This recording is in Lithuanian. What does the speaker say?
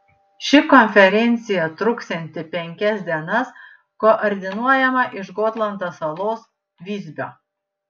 ši konferencija truksianti penkias dienas koordinuojama iš gotlando salos visbio